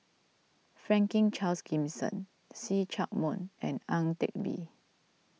Franklin Charles Gimson See Chak Mun and Ang Teck Bee